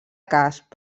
casp